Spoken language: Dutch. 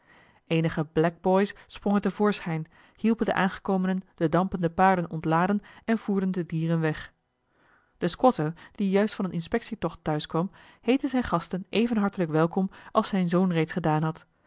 eenige blackboys sprongen te voorschijn hielpen de aangekomenen de dampende paarden ontladen en voerden de dieren weg de squatter die juist van een inspectietocht thuis kwam heette zijne gasten even hartelijk welkom als zijn zoon reeds gedaan had